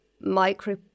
micro